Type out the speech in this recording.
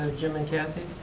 jill and kathy.